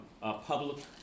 public